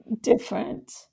different